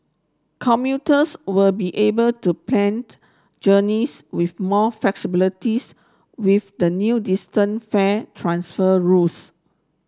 commuters will be able to plant journeys with more flexibilities with the new distant fare transfer rules